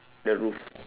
the roof